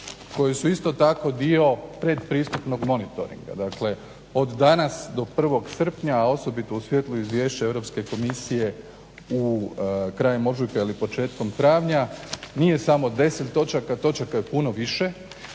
koje su isto tako dio pretpristupnog monitoringa, dakle od danas do 1. srpnja, a osobito u svjetlu izvješća Europske komisije u, krajem ožujka ili početkom travnja nije samo 10 točaka, točaka je puno više,